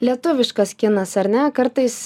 lietuviškas kinas ar ne kartais